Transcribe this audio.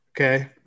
Okay